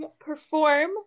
perform